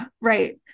Right